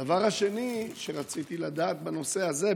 הדבר השני שרציתי לדעת בנושא הזה,